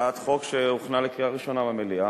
הצעת חוק שהוכנה לקריאה ראשונה במליאה,